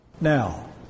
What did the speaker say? Now